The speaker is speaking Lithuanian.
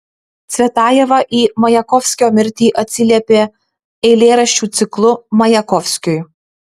cvetajeva į majakovskio mirtį atsiliepė eilėraščių ciklu majakovskiui